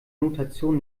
notation